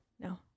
No